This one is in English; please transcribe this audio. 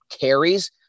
carries